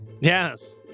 Yes